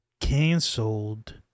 canceled